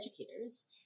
educators